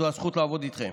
זו זכות לעבוד איתכם.